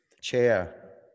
chair